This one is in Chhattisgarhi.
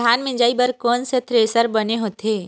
धान मिंजई बर कोन से थ्रेसर बने होथे?